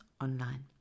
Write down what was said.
online